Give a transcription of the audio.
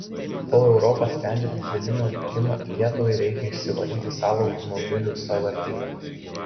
kol europa sprendžia dyzelino likimą lietuvai reikia išsivalyti savą automobilių sąvartyną